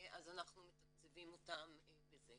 אז אנחנו מתקצבים אותם בזה.